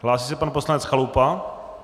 Hlásí se pan poslanec Chalupa.